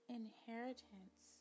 inheritance